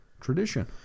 tradition